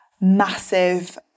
massive